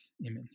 Amen